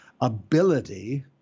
ability